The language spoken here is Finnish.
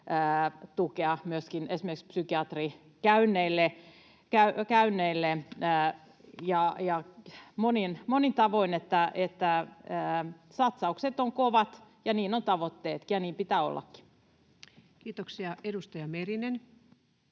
tukea esimerkiksi psykiatrikäynneille ja monin tavoin. Satsaukset ovat kovat ja niin ovat tavoitteetkin, ja niin pitää ollakin. Kiitoksia. — Edustaja Merinen.